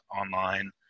online